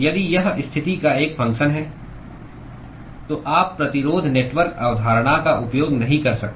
यदि यह स्थिति का एक फंगक्शन है तो आप प्रतिरोध नेटवर्क अवधारणा का उपयोग नहीं कर सकते